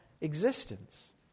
existence